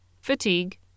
fatigue